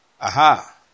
Aha